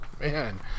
Man